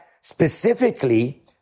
Specifically